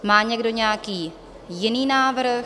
Má někdo nějaký jiný návrh?